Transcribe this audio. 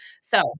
So-